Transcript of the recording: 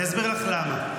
אני אסביר לך למה.